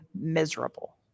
miserable